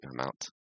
amount